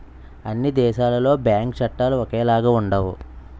అన్ని దేశాలలో బ్యాంకు చట్టాలు ఒకేలాగా ఉండవు